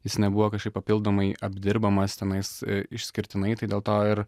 jis nebuvo kažkaip papildomai apdirbamas tenais išskirtinai tai dėl to ir